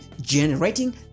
generating